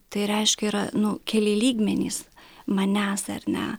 tai reiškia yra nu keli lygmenys manęs ar ne